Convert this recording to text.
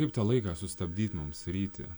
kaip tą laiką sustabdyt mums ryti